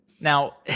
Now